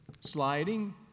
sliding